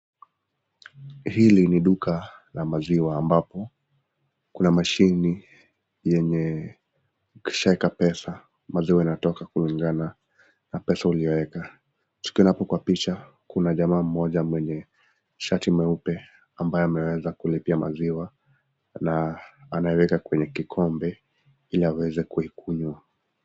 Hili ni duka la maziwa ambapo kuna mashine yenye ukishaweka pesa maziwa yanatoka kulingana na pesa uliyoweka. Tukiona hapo kwa picha kuna jamaa mmoja mwenye shati mweupe ambaye ameweza kulipia maziwa na anayeweka kwenye kikombe ili aweze kuikunywa.